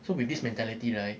so with this mentality right